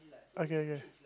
okay okay